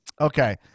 Okay